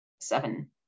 seven